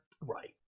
Right